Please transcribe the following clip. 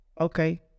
Okay